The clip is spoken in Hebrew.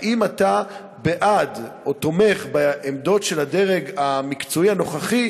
האם אתה בעד או תומך בעמדות של הדרג המקצועי הנוכחי,